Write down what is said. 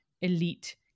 elite